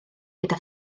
gyda